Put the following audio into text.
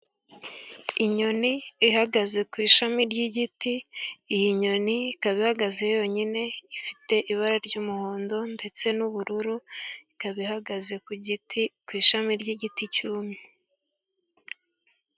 Inyoni ihagaze ku ishami ry'igiti. Iyi nyoni ikaba ihagaze yonyine, ifite ibara ry'umuhondo ndetse n'ubururu. ikaba ihagaze ku giti, ku ishami ry'igiti cyumye.